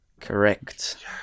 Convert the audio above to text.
Correct